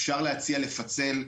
אפשר להציע לפצל.